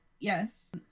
Yes